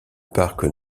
parc